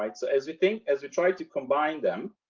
like so as we think as we try to combine them.